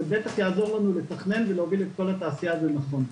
זה בטח יעזור לנו לתכנן ולהוביל את כל התעשייה הזו נכון.